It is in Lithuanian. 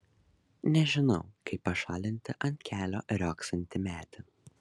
nežinau kaip pašalinti ant kelio riogsantį medį